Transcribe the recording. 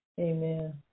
Amen